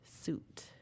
suit